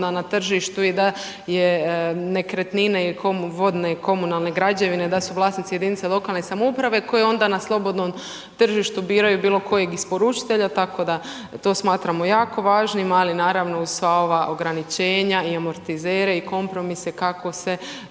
na tržištu i da je nekretnine ili vodne komunalne građevine da su vlasnici jedinica lokalnih samouprave koje onda na slobodnom tržištu biraju bilo kojeg isporučitelja, tako da to smatramo jako važnim, ali naravno uz sva ova ograničenja i amortizere i kompromise kako ne